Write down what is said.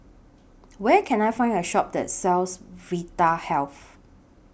Where Can I Find A Shop that sells Vitahealth